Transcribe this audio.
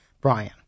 Brian